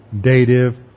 dative